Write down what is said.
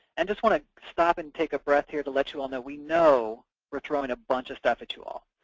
and just want to stop and take a breath here to let you all know we know we're throwing a bunch of stuff at you all.